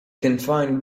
confined